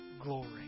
glory